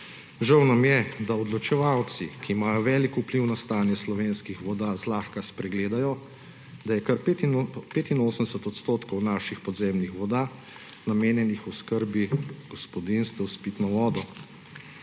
Žal nam je, da odločevalci, ki imajo velik vpliv na stanje slovenskih voda, zlahka spregledajo, da je kar 85 % naših podzemnih voda namenjenih oskrbi gospodinjstvom s pitno vodo.